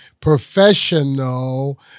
professional